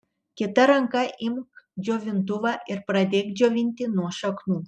kita ranka imk džiovintuvą ir pradėk džiovinti nuo šaknų